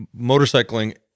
motorcycling